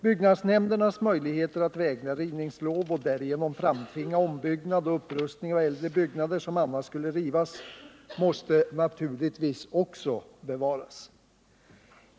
Byggnadsnämndernas möjligheter att vägra rivningslov och därigenom framtvinga ombyggnad och upprustning av äldre byggnader, som annars skulle rivas, måste naturligtvis också bevaras.